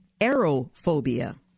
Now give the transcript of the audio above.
aerophobia